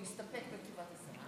נסתפק בתשובת השרה.